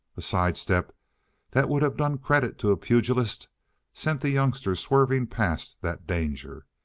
a sidestep that would have done credit to a pugilist sent the youngster swerving past that danger.